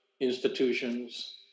institutions